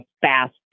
fast